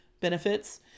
benefits